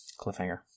cliffhanger